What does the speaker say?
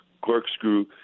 corkscrew